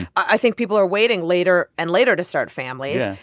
i think people are waiting later and later to start families.